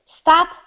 stop